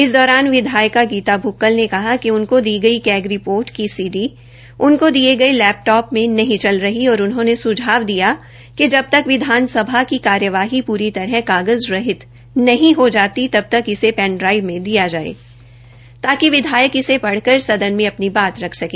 इस दौरान विधायका गीता भुक्कल ने कहा कि उनको दी गई कैग रिपोर्ट की सी डी उनको दिये गये लैपटोप मे नहीं चल रही और उन्होंने सुझाव दिया कि जब तक विधानसभा की कार्यवाही पूरी तरह कागज़ रहित नहीं हो जाती तब तक इसे पेन ड्राईव मे दिया जायेगा ताकि विधायक इसे पढ़कर सदन में अपनी बात रख सके